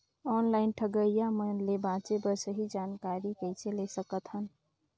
Online ठगईया मन ले बांचें बर सही जानकारी कइसे ले सकत हन?